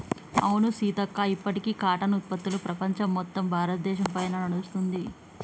అవును సీతక్క ఇప్పటికీ కాటన్ ఉత్పత్తులు ప్రపంచం మొత్తం భారతదేశ పైనే నడుస్తుంది